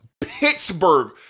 Pittsburgh